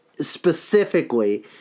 specifically